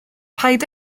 paid